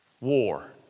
War